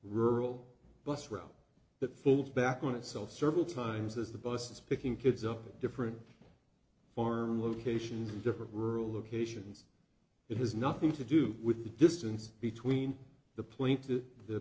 rural bus route that full back on itself circle times as the bus is picking kids up in different farm locations in different rural locations it has nothing to do with the distance between the plane to the